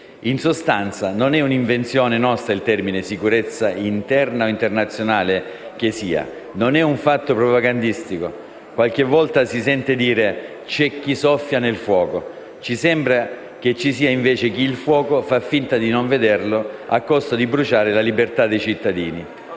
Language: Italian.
In sostanza, non è un'invenzione nostra il termine «sicurezza» interna o internazionale, non è un fatto propagandistico. Qualche volta ho sentito dire: «C'è chi soffia nel fuoco». Ci sembra che ci sia, invece, chi il fuoco fa finta di non vedere a costo di bruciare la libertà dei cittadini.